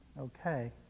okay